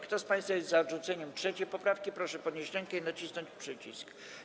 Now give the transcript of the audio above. Kto z państwa jest za odrzuceniem 3. poprawki, proszę podnieść rękę i nacisnąć przycisk.